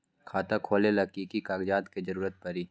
खाता खोले ला कि कि कागजात के जरूरत परी?